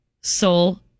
Soul